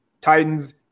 Titans